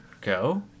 go